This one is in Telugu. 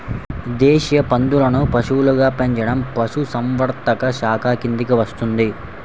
దేశీయ పందులను పశువులుగా పెంచడం పశుసంవర్ధక శాఖ కిందికి వస్తుంది